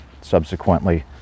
subsequently